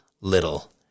Little